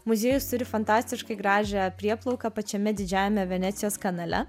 muziejus turi fantastiškai gražią prieplauką pačiame didžiajame venecijos kanale